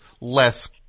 less